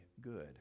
good